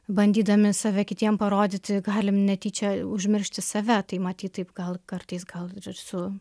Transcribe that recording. bandydami save kitiem parodyti galim netyčia užmiršti save tai matyt taip gal kartais gal su